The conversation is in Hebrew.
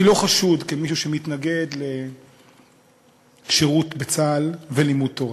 אני לא חשוד כמישהו שמתנגד לשירות בצה"ל ולימוד תורה.